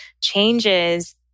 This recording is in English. changes